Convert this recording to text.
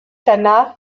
danach